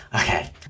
Okay